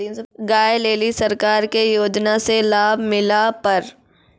गाय ले ली सरकार के योजना से लाभ मिला पर?